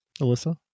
Alyssa